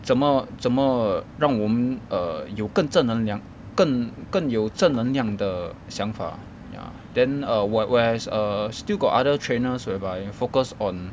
怎么怎么让我们 err 有更正能量更更有正能量的想法 ya then err where whereas err still got other trainers whereby focus on